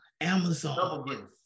Amazon